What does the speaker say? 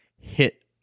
hit